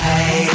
Hey